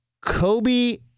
Kobe